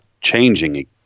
changing